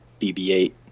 BB-8